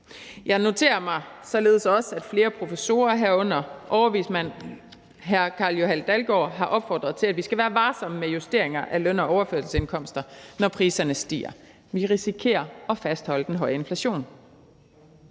Jeg noterer mig således også, at flere professorer, herunder overvismand hr. Carl-Johan Dalgaard, har opfordret til, at vi skal være varsomme med justeringer af løn- og overførselsindkomster, når priserne stiger. Vi risikerer at fastholde den høje inflation.